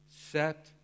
set